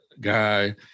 guy